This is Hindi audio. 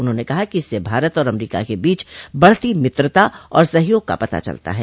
उन्होंने कहा कि इससे भारत और अमरीका के बीच बढ़ती मित्रता और सहयोग का पता चलता है